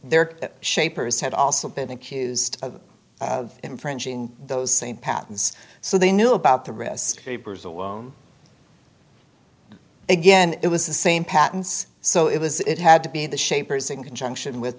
there shapers had also been accused of infringing those same patterns so they knew about the risk papers alone again it was the same patents so it was it had to be the shapers in conjunction with